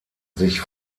sich